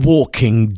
Walking